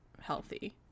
healthy